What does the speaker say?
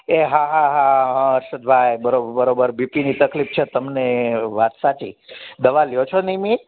એ હા હા હા હરસદભાઈ બરોબર બરોબર બીપીની તકલીફ છે તમને વાત સાચી દવા લે છો નિયમિત